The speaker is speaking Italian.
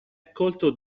accolto